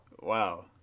Wow